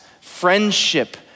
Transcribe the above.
friendship